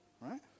Right